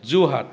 Jorhat